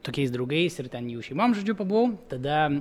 tokiais draugais ir ten jų šeimom žodžiu pabuvau tada